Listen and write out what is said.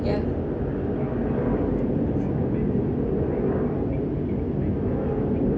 ya